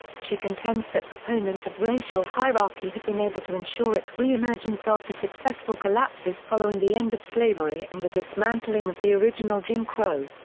she contends that proponents of racial hierarchy have been able to ensure its reemergence after successful collapses following the end of slavery and the dismantling of the original jim crow.